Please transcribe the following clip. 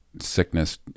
sickness